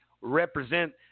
represent